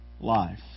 life